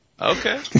Okay